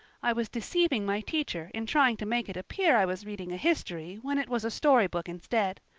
i was deceiving my teacher in trying to make it appear i was reading a history when it was a storybook instead.